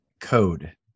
code